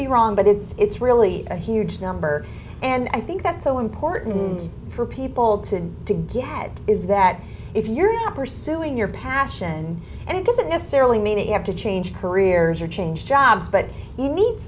be wrong but it's it's really a huge number and i think that's so important for people to to get ahead is that if you're not pursuing your passion and it doesn't necessarily mean you have to change careers or change jobs but you need